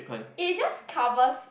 it just covers